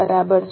બરાબર છે